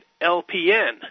LPN